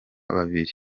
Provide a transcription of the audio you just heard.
babiri